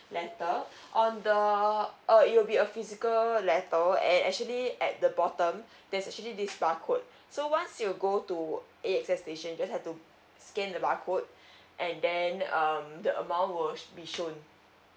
letter on the uh it will be a physical letter and actually at the bottom there's actually this bar code so once you go to A_X_S station you just have to scan the bar code and then um the amount would be shown